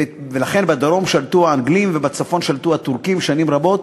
בדרום שלטו האנגלים ובצפון שלטו הטורקים שנים רבות.